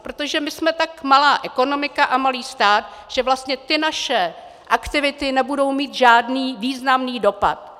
Protože my jsme tak malá ekonomika a malý stát, že vlastně ty naše aktivity nebudou mít žádný významný dopad.